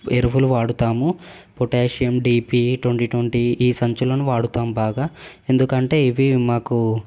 ఎరువులు వాడుతాము potassium DP twenty twenty ఈ సంచులను వాడుతాం బాగా ఎందుకంటే ఇవి మాకు